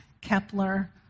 Kepler